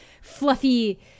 fluffy